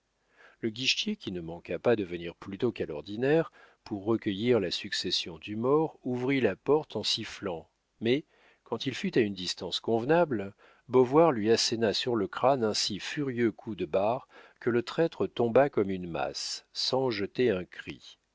le guichetier qui ne manqua pas de venir plus tôt qu'à l'ordinaire pour recueillir la succession du mort ouvrit la porte en sifflant mais quand il fut à une distance convenable beauvoir lui asséna sur le crâne un si furieux coup de barre que le traître tomba comme une masse sans jeter un cri